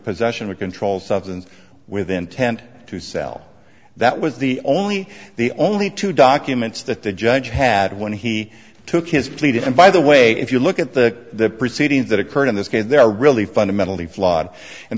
possession of controlled substance with intent to sell that was the only the only two documents that the judge had when he took his plea to him by the way if you look at the proceedings that occurred in this case there really fundamentally flawed and